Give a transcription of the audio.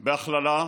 בהכללה,